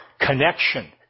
Connection